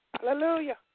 Hallelujah